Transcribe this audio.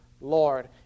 Lord